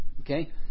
Okay